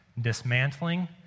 dismantling